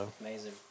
Amazing